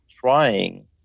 trying